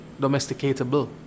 domesticatable